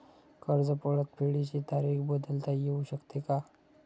कर्ज परतफेडीची तारीख बदलता येऊ शकते का?